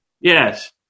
Yes